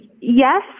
yes